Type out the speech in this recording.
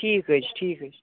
ٹھیٖک حظ چھُ ٹھیٖک حظ